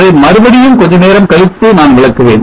அதை மறுபடியும் கொஞ்ச நேரம் கழித்து நான் விளக்குவேன்